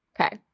okay